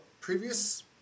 previous